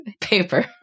paper